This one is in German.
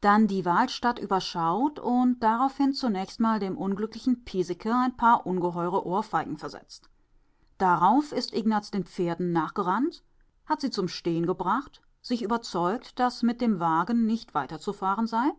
dann die wahlstatt überschaut und darauf zunächst mal dem unglücklichen piesecke ein paar ungeheure ohrfeigen versetzt darauf ist ignaz den pferden nachgerannt hat sie zum stehen gebracht sich überzeugt daß mit dem wagen nicht weiterzufahren sei